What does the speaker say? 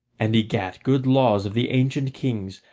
and he gat good laws of the ancient kings,